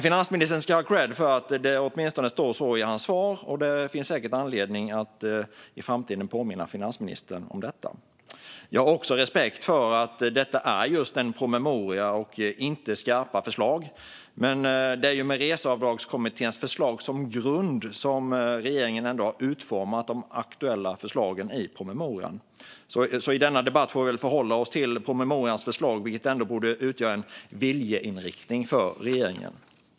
Finansministern ska dock ha kredd för att det åtminstone sägs i hans svar, och det finns säkert anledning att i framtiden påminna honom om detta. Jag har respekt för att det här handlar om en promemoria och inte skarpa förslag, men det är med Reseavdragskommitténs förslag som grund som regeringen har utformat de aktuella förslagen i promemorian. Så i denna debatt får vi väl förhålla oss till promemorians förslag, vilket ändå borde utgöra en viljeinriktning för regeringen.